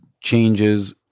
changes